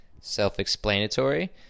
self-explanatory